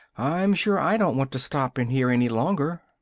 i'm sure i don't want to stop in here any longer!